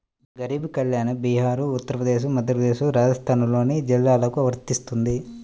గరీబ్ కళ్యాణ్ బీహార్, ఉత్తరప్రదేశ్, మధ్యప్రదేశ్, రాజస్థాన్లోని జిల్లాలకు వర్తిస్తుంది